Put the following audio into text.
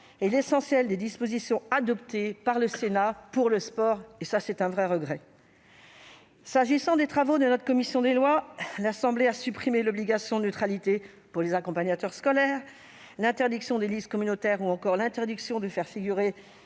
ni l'essentiel des dispositions adoptées par le Sénat sur le sport- c'est un vrai regret. S'agissant des travaux de notre commission des lois, l'Assemblée nationale a supprimé l'obligation de neutralité pour les accompagnateurs scolaires, l'interdiction des listes communautaires ou encore l'interdiction de faire figurer